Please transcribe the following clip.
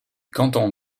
canton